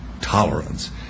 Tolerance